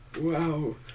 Wow